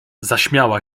zaśmiała